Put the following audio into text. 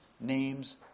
name's